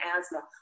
asthma